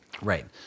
Right